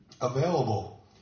Available